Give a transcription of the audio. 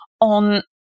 on